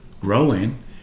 growing